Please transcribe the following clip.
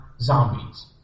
zombies